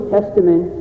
Testament